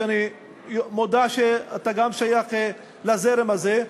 שאני מודע לכך שאתה גם שייך לזרם הזה,